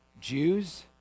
Jews